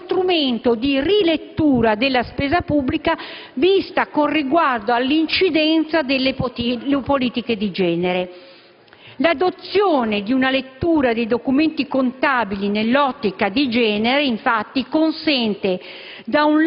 cioè uno strumento di rilettura della spesa pubblica vista con riguardo all'incidenza delle politiche di genere. L'adozione di una lettura dei documenti contabili nell'ottica di genere infatti consente,